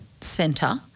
centre